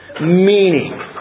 meaning